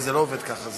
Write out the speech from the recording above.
זה לא עובד כך.